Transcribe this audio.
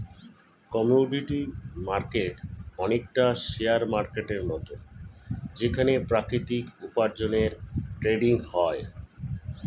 commodity market অনেকটা share মার্কেটের মত যেখানে প্রাকৃতিক উপার্জনের ট্রেডিং হয়